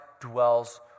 dwells